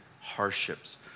hardships